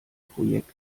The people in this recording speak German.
projekt